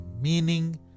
meaning